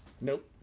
Nope